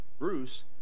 Bruce